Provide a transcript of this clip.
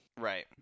right